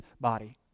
body